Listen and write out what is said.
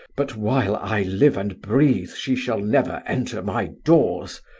but while i live and breathe she shall never enter my doors.